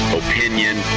opinion